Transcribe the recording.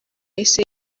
yahise